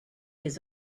his